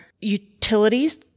utilities